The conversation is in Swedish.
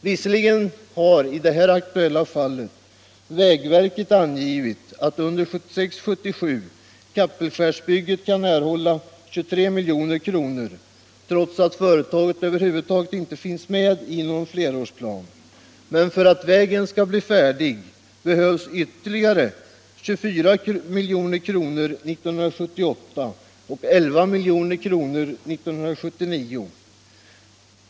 Visserligen har vägverket i det här aktuella fallet angivit att Kappelskärsbygget under budgetåret 1976/77 kan få 23 milj.kr., trots att företaget inte finns med i flerårsplanen, men för att den vägen skall kunna bli färdig behövs ytterligare 24 milj.kr. under 1978 och 11 milj.kr. under 1979.